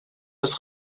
des